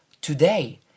today